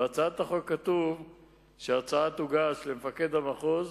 בהצעת החוק כתוב שההצעה תוגש למפקד המחוז